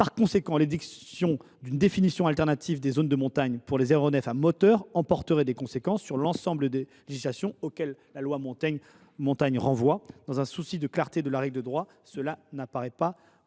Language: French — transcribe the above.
de loisirs. L’édiction d’une définition différente des « zones de montagne » pour les aéronefs à moteur emporterait des conséquences sur l’ensemble des législations auxquelles la loi Montagne renvoie. Dans le souci d’assurer la clarté de la règle de droit, cela n’apparaît pas opportun.